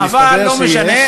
מסתבר שיש.